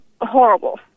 Horrible